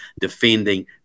defending